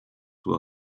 will